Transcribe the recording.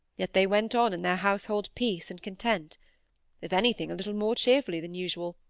yet they went on in their household peace and content if anything, a little more cheerfully than usual,